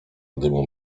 dymu